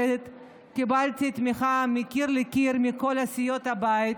קיבלתי תמיכה מקיר לקיר מכל סיעות הבית.